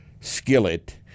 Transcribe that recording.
skillet